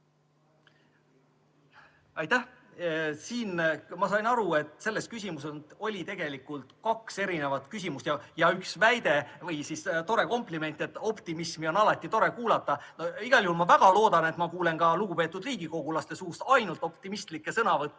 Aitäh! Ma sain aru, et selles küsimuses oli tegelikult kaks küsimust ja üks väide või tore kompliment, et optimismi on alati tore kuulata. Igal juhul ma väga loodan, et kuulen ka lugupeetud riigikogulaste suust ainult optimistlikke sõnavõtte,